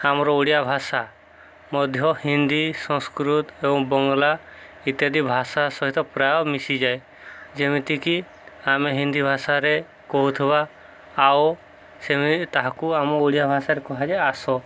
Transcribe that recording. ଆମର ଓଡ଼ିଆ ଭାଷା ମଧ୍ୟ ହିନ୍ଦୀ ସଂସ୍କୃତ ଏବଂ ବଙ୍ଗଳା ଇତ୍ୟାଦି ଭାଷା ସହିତ ପ୍ରାୟ ମିଶିଯାଏ ଯେମିତିକି ଆମେ ହିନ୍ଦୀ ଭାଷାରେ କହୁଥିବା ଆଉ ସେମିତି ତାହାକୁ ଆମ ଓଡ଼ିଆ ଭାଷାରେ କୁହାଯାଏ ଆସ